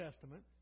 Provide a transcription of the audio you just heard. Testament